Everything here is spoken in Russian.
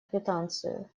квитанцию